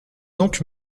donc